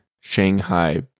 Shanghai